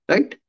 Right